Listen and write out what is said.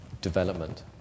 development